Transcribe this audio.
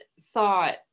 thought